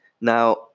Now